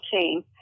team